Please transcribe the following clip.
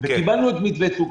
וקיבלנו את המתווה הזה.